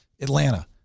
Atlanta